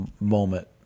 moment